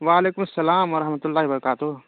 وعلیکم السّلام ورحمۃ اللہ وبرکاتہ